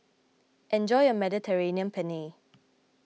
enjoy your Mediterranean Penne